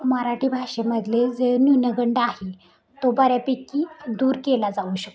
मराठी भाषेमधले जे न्यूनगंड आहे तो बऱ्यापैकी दूर केला जाऊ शकतो